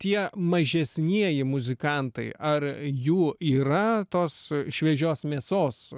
tie mažesnieji muzikantai ar jų yra tos šviežios mėsos